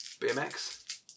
BMX